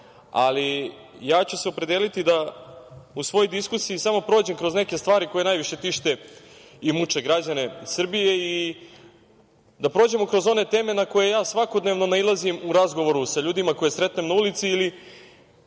ali ja ću se opredeliti da u svojoj diskusiji samo prođem kroz neke stvari koje najviše tište i muče građane Srbije i da prođemo kroz one teme na koje ja svakodnevno nailazim u razgovoru sa ljudima koje sretnem na ulici ili